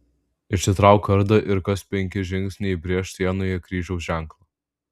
išsitrauk kardą ir kas penki žingsniai įbrėžk sienoje kryžiaus ženklą